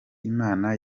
imana